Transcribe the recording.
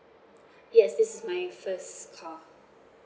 yes this is my first car